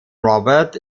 robert